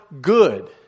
good